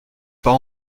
pas